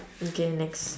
okay next